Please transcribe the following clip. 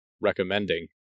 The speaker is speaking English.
recommending